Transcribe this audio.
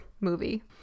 movie